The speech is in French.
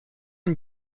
une